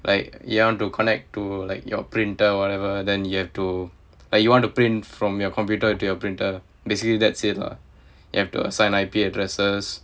like you want to connect to like your printer or whatever then you have to like you want to print from your computer into your printer basically that's it lah you have to assign I_P addresses